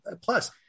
plus